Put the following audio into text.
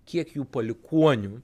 kiek jų palikuonių